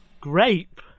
Grape